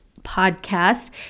podcast